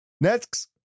Next